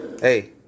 Hey